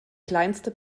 kleinste